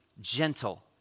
gentle